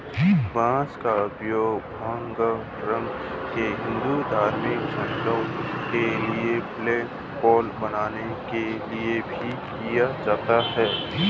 बांस का उपयोग भगवा रंग के हिंदू धार्मिक झंडों के लिए फ्लैगपोल बनाने के लिए भी किया जाता है